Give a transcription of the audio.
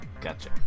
Gotcha